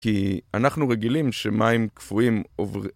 כי אנחנו רגילים שמים קפואים עוברים